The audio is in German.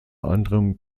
anderem